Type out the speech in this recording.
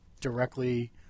directly